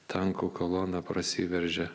tankų kolona prasiveržė